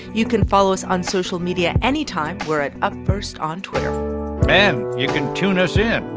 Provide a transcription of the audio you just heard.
you can follow us on social media anytime, we're at upfirst on twitter and you can tune us in.